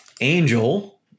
Angel